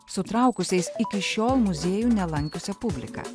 sutraukusiais iki šiol muziejų nelankiusią publiką